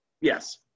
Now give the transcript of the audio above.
Yes